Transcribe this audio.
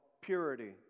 purity